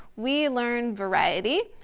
we learned variety,